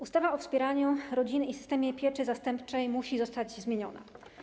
Ustawa o wspieraniu rodziny i systemie pieczy zastępczej musi zostać zmieniona.